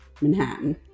manhattan